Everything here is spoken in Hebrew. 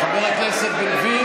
ההצהרה לא תופסת, הם לא חברי כנסת.